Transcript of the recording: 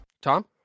Tom